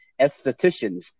estheticians